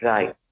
Right